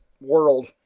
world